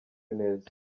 neza